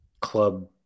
club